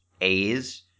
A's